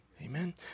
Amen